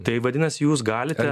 tai vadinasi jūs galite